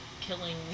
killing